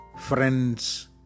friends